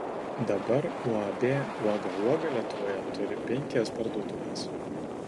dabar uab uoga uoga lietuvoje turi penkias parduotuves